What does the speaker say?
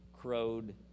crowed